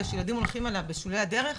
שלום, תודה רבה לך מיכל,